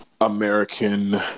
American